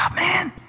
man.